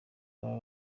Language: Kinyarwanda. baba